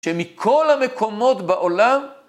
שמכל המקומות בעולם